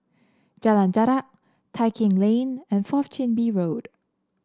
Jalan Jarak Tai Keng Lane and Fourth Chin Bee Road